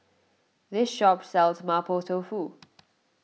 this shop sells Mapo Tofu